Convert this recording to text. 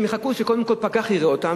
הם יחכו שקודם כול פקח יראה אותם,